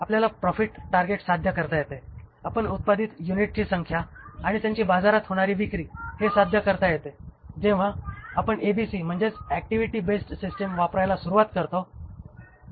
आपल्याला profit target साध्य करता येते आपण उत्पादित युनिटची संख्या आणि त्यांची बाजारात होणारी विक्री हे साध्य करता येते जेव्हा आपण एबीसी म्हणजेच ऍक्टिव्हिटी बेस्ड सिस्टिम वापरायला सुरुवात करतो